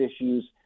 issues